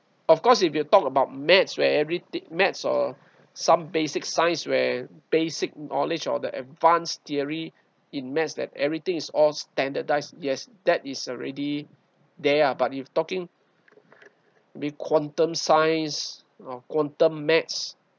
of course if you talk about maths where everything maths or some basic science where basic knowledge or the advance theory in maths that everything is all standardised yes that is already there are but if talking with quantum science or quantum maths